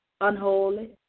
unholy